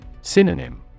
Synonym